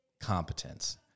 competence